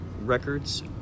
records